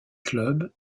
club